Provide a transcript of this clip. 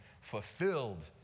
fulfilled